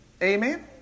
Amen